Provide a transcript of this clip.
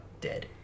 dead